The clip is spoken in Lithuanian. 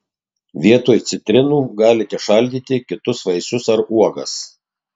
vietoj citrinų galite šaldyti kitus vaisius ar uogas